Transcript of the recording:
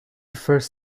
first